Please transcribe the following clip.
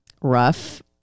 rough